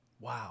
wow